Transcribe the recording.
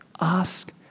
ask